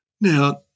Now